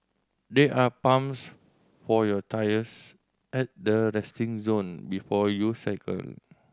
there are pumps for your tyres at the resting zone before you cycle